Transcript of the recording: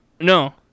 no